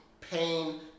pain